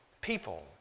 people